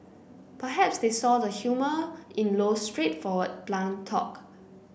perhaps they saw the humour in Low's straightforward blunt talk